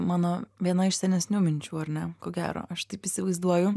mano viena iš senesnių minčių ar ne ko gero aš taip įsivaizduoju